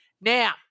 Now